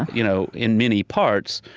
you know in many parts,